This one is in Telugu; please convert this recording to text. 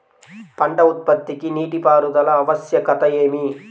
పంట ఉత్పత్తికి నీటిపారుదల ఆవశ్యకత ఏమి?